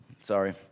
Sorry